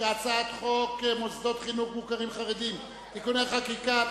חוק מוסדות חינוך מוכרים חרדיים (תיקוני חקיקה),